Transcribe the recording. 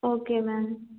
okay ma'am